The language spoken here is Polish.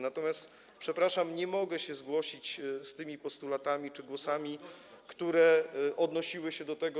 Natomiast, przepraszam, nie mogę się zgłosić z tymi postulatami czy głosami, które odnosiły się do tego.